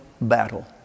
battle